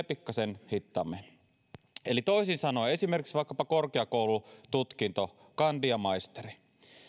pikkasen hitaammin eli toisin sanoen jos suoritat esimerkiksi korkeakoulututkinnon kandi ja maisteri